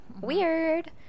Weird